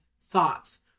thoughts